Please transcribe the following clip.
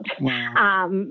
Wow